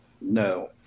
No